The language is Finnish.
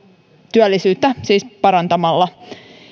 työllisyyttä parantamalla